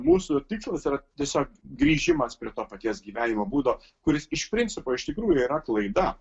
mūsų tikslas yra tiesiog grįžimas prie to paties gyvenimo būdo kuris iš principo iš tikrųjų yra klaida